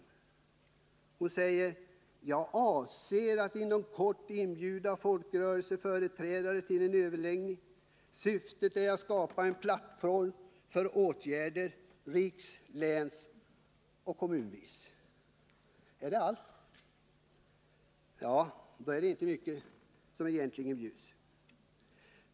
Socialministern säger att hon avser att inom kort inbjuda folkrörelseföreträdare till en överläggning. Syftet är att skapa en plattform för åtgärder på riksplanet, i län och i kommuner. Är det allt? Då är det inte mycket som egentligen bjuds.